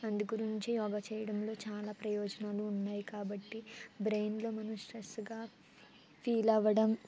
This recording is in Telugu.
అందు గురించే యోగా చేయడంలో చాలా ప్రయోజనాలు ఉన్నాయి కాబట్టి బ్రెయిన్లో మనం స్ట్రెస్గా ఫీల్ అవడం